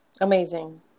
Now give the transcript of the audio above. Amazing